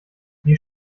wie